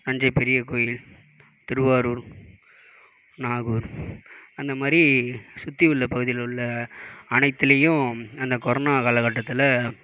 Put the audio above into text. தஞ்சை பெரியகோவில் திருவாரூர் நாகூர் அந்தமாதிரி சுற்றியுள்ள பகுதியிலுள்ள அனைத்துலேயும் அந்த கொரோனா காலக்கட்டத்தில்